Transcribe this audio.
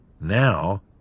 Now